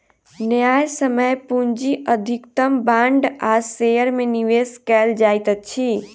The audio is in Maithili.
न्यायसम्य पूंजी अधिकतम बांड आ शेयर में निवेश कयल जाइत अछि